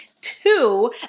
two